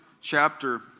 chapter